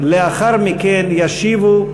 לאחר מכן ישיבו,